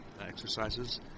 exercises